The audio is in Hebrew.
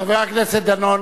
חבר הכנסת דנון.